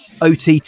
ott